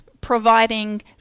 providing